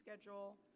schedule